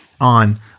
on